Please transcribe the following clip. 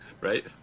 right